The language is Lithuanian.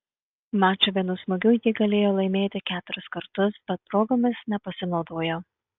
mačą vienu smūgiu ji galėjo laimėti keturis kartus bet progomis nepasinaudojo